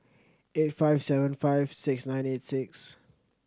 eight five seven five six nine eight six